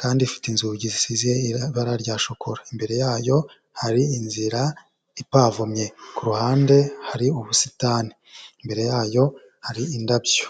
kandi ifite inzugi zisize ibara rya shokora, imbere yayo hari inzira ipavumye, ku ruhande hari ubusitani, imbere yayo hari indabyo.